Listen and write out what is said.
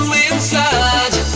inside